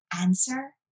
answer